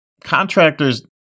contractors